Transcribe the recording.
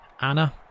Anna